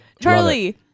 Charlie